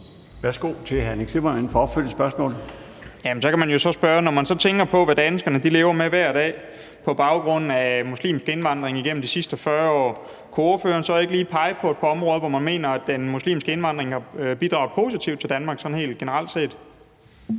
(DF): Så kan man jo så spørge: Når man tænker på, hvad danskerne lever med hver dag på baggrund af muslimsk indvandring igennem de sidste 40 år, kunne ordføreren så ikke lige pege på et par områder, hvor man mener, at den muslimske indvandring har bidraget positivt til Danmark sådan helt